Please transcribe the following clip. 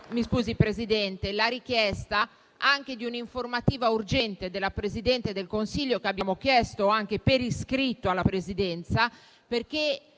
la richiesta di un'informativa urgente della Presidente del consiglio, che abbiamo chiesto anche per iscritto alla Presidenza, perché